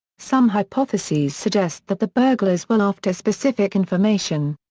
some hypotheses suggest that the burglars were after specific information.